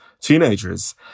teenagers